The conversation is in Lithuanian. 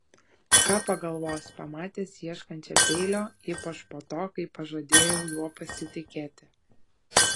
ką pagalvos pamatęs ieškančią peilio ypač po to kai pažadėjau juo pasitikėti